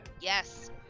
Yes